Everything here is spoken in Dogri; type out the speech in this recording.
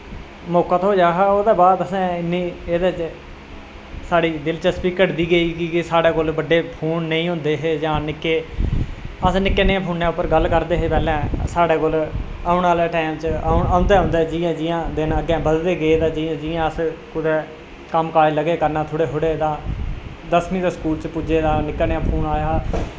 मौका थ्होआ हा ओह्दै बाद असें इन्नी एह्दै च साढ़ी दिदचस्बी घटदी गेई कि साढ़े कोल बड्डे फोन नेईं होंदे हे जां निक्के अस निक्कै नेह् फोनै पर गल्ल करदे हे पैह्लें साढ़ै कोल औने आह्लै टैम औंदै औंदै जि'यां जि'यां दिन अग्गें बधदे गे तां जि'यां अस कुदै कम्म काज लग्गे करन थोह्ड़े थोह्ड़े तां दसमीं दे स्कूल च पुज्जे तां निक्का जेहा फोन आया हा